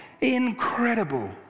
incredible